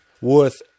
worth